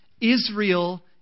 Israel